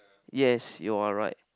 yes you are right